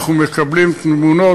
אנחנו מקבלים תלונות,